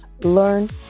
learn